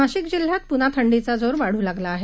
नाशिक जिल्ह्यात प्न्हा थंडीचा जोर वाढू लागला आहे